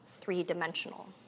three-dimensional